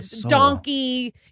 donkey